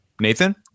Nathan